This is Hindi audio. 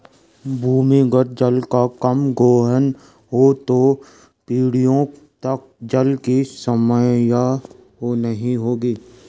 भूमिगत जल का कम गोहन हो तो पीढ़ियों तक जल की समस्या नहीं होगी